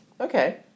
Okay